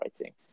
writing